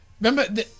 Remember